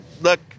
look